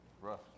Rough